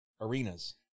arenas